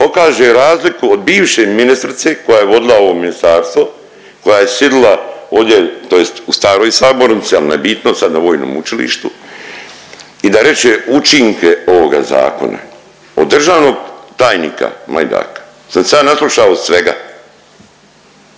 pokaže razliku od bivše ministrice koja je vodila ovo ministarstvo, koja je sjedila ovdje tj. u staroj sabornici ali nebitno sad na Vojnom učilištu i da reče učinke ovoga zakona. Od državnog tajnika Majdaka sam se ja naslušao svega.